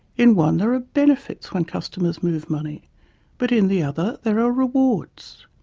in one there are benefits when customers move money but in the other there are rewards.